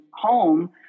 home